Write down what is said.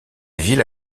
ville